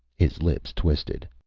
his lips twisted.